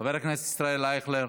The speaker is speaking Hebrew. חבר הכנסת ישראל אייכלר,